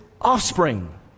offspring